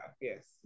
Yes